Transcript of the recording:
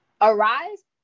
arise